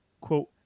quote